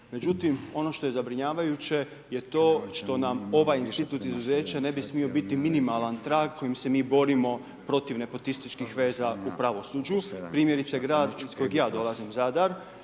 Međutim, ono što je zabrinjavajuće je to što nam ovaj institut izuzeća ne bi smio biti minimalan trag kojim se mi borimo protiv nepotističkih veza u pravosuđu. Primjerice grad iz kojeg ja dolazim, Zadar,